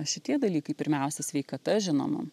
šitie dalykai pirmiausia sveikata žinoma